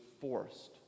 forced